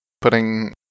putting